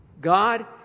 God